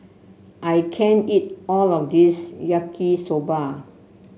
I can't eat all of this Yaki Soba